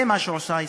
זה מה שעושה ישראל.